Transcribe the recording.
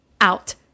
out